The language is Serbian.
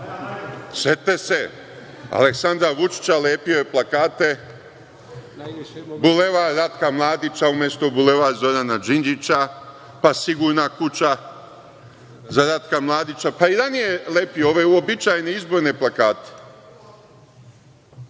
Setite se Aleksandra Vučića, lepio je plakate „Bulevar Ratka Mladića“ umesto Bulevar Zorana Đinđića, pa „Sigurna kuća za Ratka Mladića“, pa i ranije je lepio ove uobičajene izborne plakate.